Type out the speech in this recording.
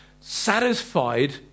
satisfied